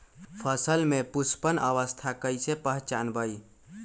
फसल में पुष्पन अवस्था कईसे पहचान बई?